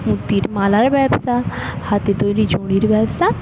পুঁতির মালার ব্যবসা হাতে তৈরি চুরির ব্যবসা